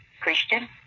Christian